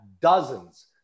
dozens